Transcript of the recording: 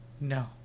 No